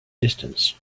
distance